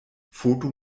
foto